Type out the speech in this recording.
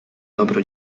dobro